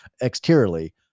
exteriorly